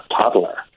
toddler